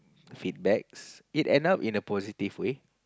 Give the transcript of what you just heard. feedbacks it end up in a positive way